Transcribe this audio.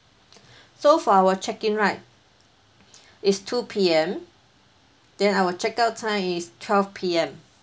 so for our check in right it's two P_M then our check out time is twelve P_M